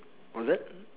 what's that